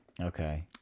Okay